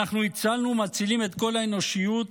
אנחנו הצלנו ומצילים את כל האנושיות,